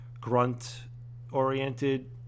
grunt-oriented